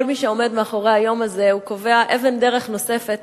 כל מי שעומד מאחורי היום הזה קובע אבן דרך נוספת